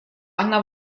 она